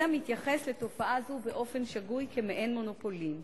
אלא מתייחס לתופעה זו באופן שגוי כמעין מונופולין.